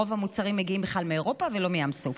רוב המוצרים מגיעים בכלל מאירופה ולא מים סוף.